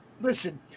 listen